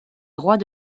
droits